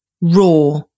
raw